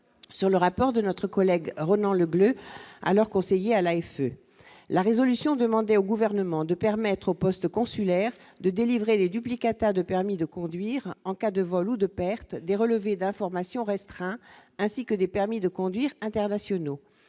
sur le rapport de notre collègue Ronan Le bleu à leurs conseillers à l'AFE la résolution demandait au gouvernement de permettre aux postes consulaires de délivrait des duplicata de permis de conduire en cas de vol ou de perte des relevés d'informations restreint ainsi que des permis de conduire, internationaux,